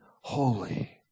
holy